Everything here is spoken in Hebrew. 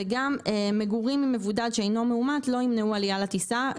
וגם מגורים עם מבודד שאינו מאומת לא ימנעו עלייה לטיסה,